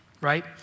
right